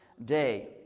day